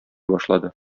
башлады